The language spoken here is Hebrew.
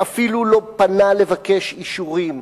שאפילו לא פנה לבקש אישורים.